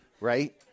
Right